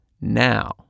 now